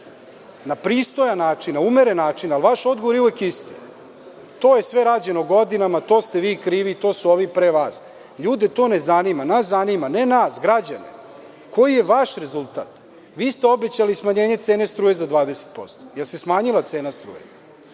na pristojan način, na umeren način, ali vaš odgovor je uvek isti. To je sve rađeno godinama, to ste vi krivi, to su ovi pre vas, to ljude ne zanima. Nas zanima, ne nas, građane, koji je vaš rezultat. Vi ste obećali smanjenje struje za 20%. Da li se smanjila cena struje?